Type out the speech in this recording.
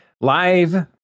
live